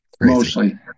mostly